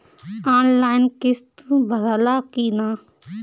Online किस्त भराला कि ना?